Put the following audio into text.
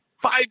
Five